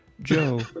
joe